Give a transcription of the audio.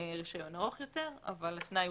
רישיון ארוך יותר אבל התנאי הוא